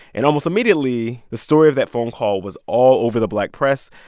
and almost immediately, the story of that phone call was all over the black press.